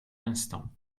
l’instant